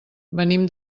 venim